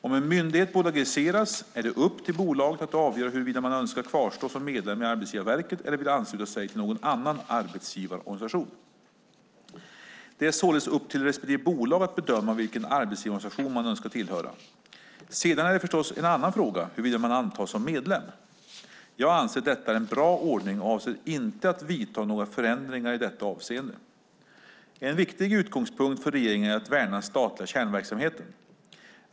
Om en myndighet bolagiseras är det upp till bolaget att avgöra huruvida man önskar kvarstå som medlem i Arbetsgivarverket eller vill ansluta sig till någon annan arbetsgivarorganisation. Det är således upp till respektive bolag att bedöma vilken arbetsgivarorganisation man önskar tillhöra. Sedan är det förstås en annan fråga huruvida man antas som medlem. Jag anser att detta är en bra ordning och avser inte att vidta några förändringar i detta avseende. En viktig utgångspunkt för regeringen är att värna den statliga kärnverksamheten.